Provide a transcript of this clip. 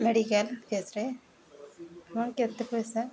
medical କେସ୍ରେ ହଁ କେତେ ପଇସା